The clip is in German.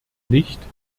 nicht